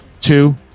two